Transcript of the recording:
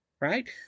right